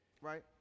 right